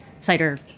cider